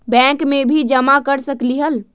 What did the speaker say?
Bank में भी जमा कर सकलीहल?